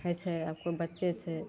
होइ छै आब कोइ बच्चे छै